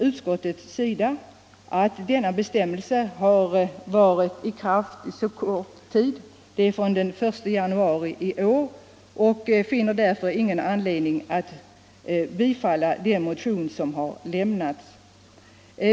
Utskottet anser att denna bestämmelse har varit i kraft under så kort tid — från den I januari i år — att vi inte finner anledning att bifalla den motion som har lämnats.